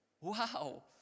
Wow